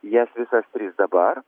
jas visas dabar